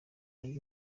ari